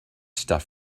stuff